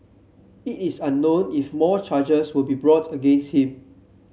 it is unknown if more charges will be brought against him